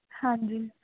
ਹਾਂਜੀ